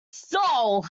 soul